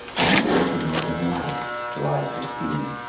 on board the northern light july sixteen